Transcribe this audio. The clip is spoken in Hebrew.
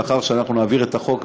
לאחר שנעביר את החוק,